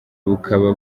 bukaba